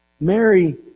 Mary